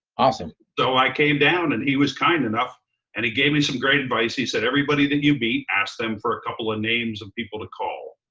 ah so i came down and he was kind enough and he gave me some great advice. he said, everybody that you meet, ask them for a couple of names of people to call.